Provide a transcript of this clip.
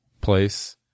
place